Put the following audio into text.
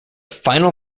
final